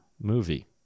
movie